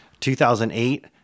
2008